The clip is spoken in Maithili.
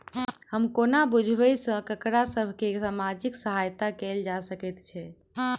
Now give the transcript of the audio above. हम कोना बुझबै सँ ककरा सभ केँ सामाजिक सहायता कैल जा सकैत छै?